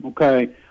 Okay